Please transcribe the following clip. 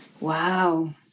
Wow